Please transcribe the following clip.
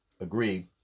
agree